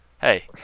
Hey